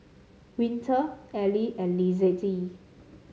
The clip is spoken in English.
Winter Ally and Lizette